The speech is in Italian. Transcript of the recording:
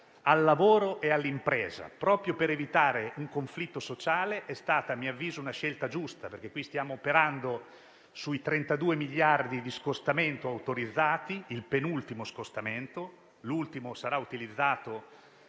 al lavoro e all'impresa, proprio per evitare un conflitto sociale, è stata, a mio avviso, una scelta giusta, perché qui stiamo operando sui 32 miliardi di scostamento autorizzati (si tratta del penultimo scostamento, perché l'ultimo votato